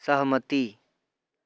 सहमति